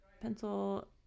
pencil